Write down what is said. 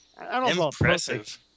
impressive